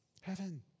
Heaven